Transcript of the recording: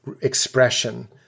expression